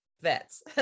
vets